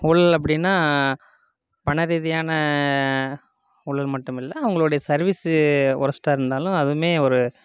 ஊழல் அப்படின்னா பண ரீதியான ஊழல் மட்டுமில்லை அவங்களுடைய சர்வீஸு வொர்ஸ்ட்டாக இருந்தாலும் அதுவுமே ஒரு